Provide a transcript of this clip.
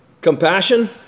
Compassion